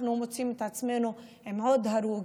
אנחנו מוצאים עצמנו עם עוד הרוג,